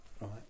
right